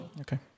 okay